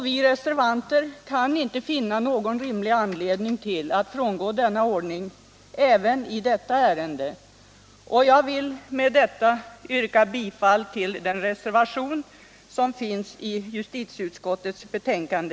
Vi reservanter kan inte finna någon rimlig anledning till att frångå denna ordning i detta ärende.